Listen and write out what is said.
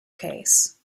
case